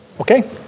okay